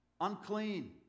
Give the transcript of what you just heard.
Unclean